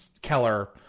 Keller